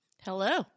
Hello